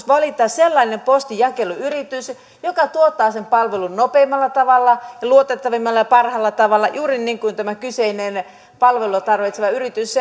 valita sellainen postinjakeluyritys joka tuottaa sen palvelun nopeimmalla tavalla luotettavimmalla ja parhaalla tavalla juuri niin kuin tämä kyseinen palvelua tarvitseva yritys